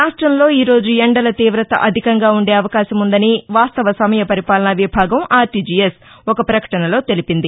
రాష్టంలో ఈరోజు ఎండల తీవత అధికంగా ఉండే అవకాశముందని వాస్తవ సమయ పరిపాలన విభాగం ఆర్టీజీఎస్ ఒక ప్రకటనలో తెలిపింది